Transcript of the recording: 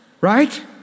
Right